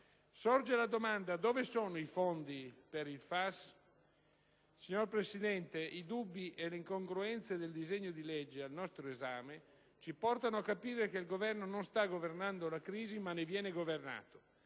Sorge una domanda: dove sono i soldi per il FAS? Signora Presidente, i dubbi e le incongruenze del disegno di legge al nostro esame ci portano a capire che il Governo non sta governando la crisi, ma ne viene governato.